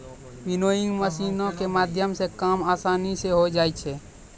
winnowing मशीनो के माध्यमो से काम असानी से होय जाय छै